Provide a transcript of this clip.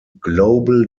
global